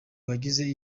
bagize